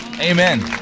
Amen